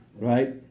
right